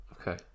Okay